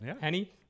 Henny